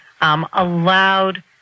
allowed